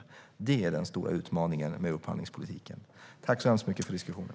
Det är den stora utmaningen med upphandlingspolitiken. Tack så mycket för diskussionen!